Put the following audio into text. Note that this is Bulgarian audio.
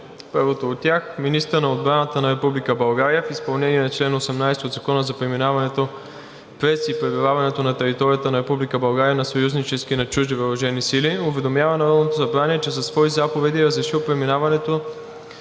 Първото от тях: министърът на отбраната на Република България в изпълнение на чл. 18 от Закона за преминаването през и пребиваването на територията на Република България на съюзнически и на чужди въоръжени сили уведомява Народното събрание, че със свои заповеди е разрешил преминаването